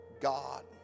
God